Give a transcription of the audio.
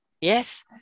Yes